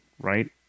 right